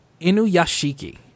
Inuyashiki